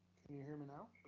you hear me now?